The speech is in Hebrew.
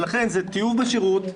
לכן זה טיוב בשירות,